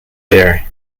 there